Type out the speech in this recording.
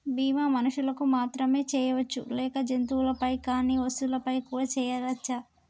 బీమా మనుషులకు మాత్రమే చెయ్యవచ్చా లేక జంతువులపై కానీ వస్తువులపై కూడా చేయ వచ్చా?